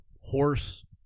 horse